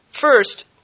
First